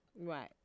Right